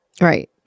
Right